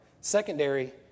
Secondary